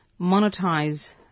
monetize